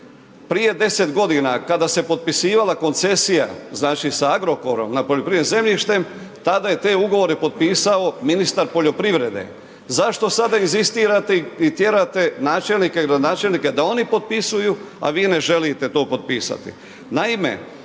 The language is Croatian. Prije 10 g. kada se je potpisivala koncesija sa Agrokorom nad poljoprivrednim zemljištem, tada je te ugovore potpisao ministar poljoprivrede. Zašto sada inzistirate i tjerate načelnike i gradonačelnike, da oni potpisuju, a vi ne želite to potpisati?